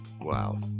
Wow